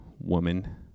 woman